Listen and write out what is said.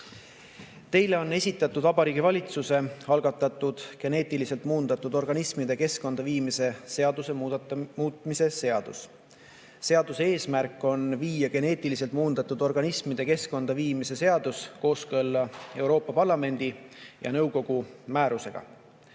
Teile on esitatud Vabariigi Valitsuse algatatud geneetiliselt muundatud organismide keskkonda viimise seaduse muutmise seaduse eelnõu. Seaduse eesmärk on viia geneetiliselt muundatud organismide keskkonda viimise seadus kooskõlla Euroopa Parlamendi ja nõukogu määrusega.